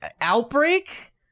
Outbreak